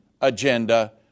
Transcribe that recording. agenda